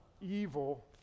evil